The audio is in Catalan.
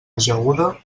ajaguda